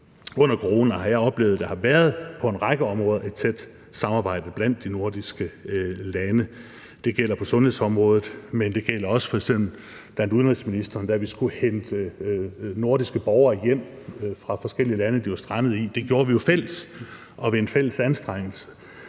under corona har jeg oplevet, at der har været et tæt samarbejde på en lang række områder blandt de nordiske lande. Det gælder på sundhedsområdet, men det gælder f.eks. også blandt udenrigsministrene, da vi skulle hente nordiske borgere hjem fra forskellige lande, som de var strandet i. Det gjorde vi jo fælles og ved en fælles anstrengelse.